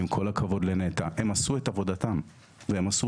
ועם כל הכבוד לנת"ע הם עשו את עבודתם והם עשו